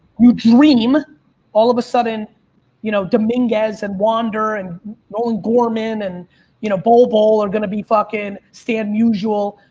you dream all of a sudden you know, dominguez and wander and nolan gorman and you know, bol bol are going to be fucking, stan musial,